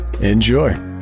enjoy